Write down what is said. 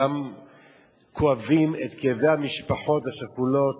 כולם כואבים את כאבי המשפחות השכולות,